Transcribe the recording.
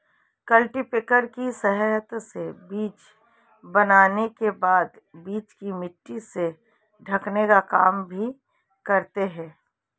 cultipacker की सहायता से बीज बोने के बाद बीज को मिट्टी से ढकने का काम भी करते है